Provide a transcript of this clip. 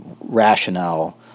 rationale